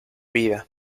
vida